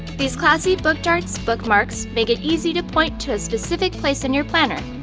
these classy book darts bookmarks make it easy to point to a specific place in your planner.